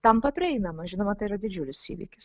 tampa prieinama žinoma tai yra didžiulis įvykis